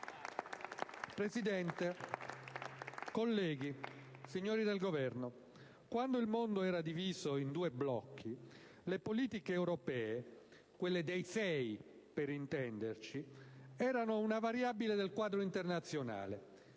Presidente, colleghi, signori del Governo, quando il mondo era diviso in due blocchi, le politiche europee - quelle dei Sei, per intenderci - erano una variabile del quadro internazionale.